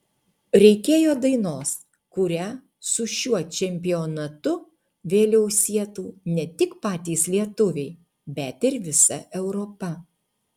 reikėjo dainos kurią su šiuo čempionatu vėliau sietų ne tik patys lietuviai bet ir visa europa